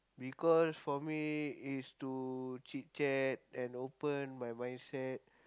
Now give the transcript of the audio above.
because for me is to chit chat and open my mindset